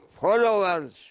followers